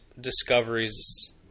discoveries